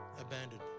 abandoned